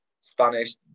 Spanish